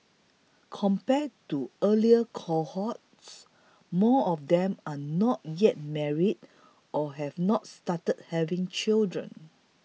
compared to earlier cohorts more of them are not yet married or have not started having children